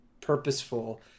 purposeful